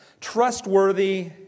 trustworthy